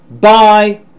bye